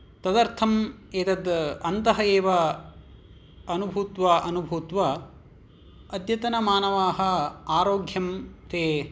तदर्थम् एतद् अन्तः एव अनुभूत्वा अनुभूत्वा अद्यतनमानवाः आरोग्यं ते